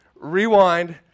Rewind